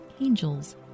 angels